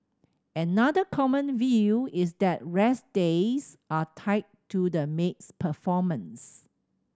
another common view is that rest days are tied to the maid's performance